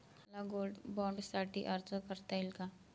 मला गोल्ड बाँडसाठी अर्ज करता येईल का?